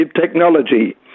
technology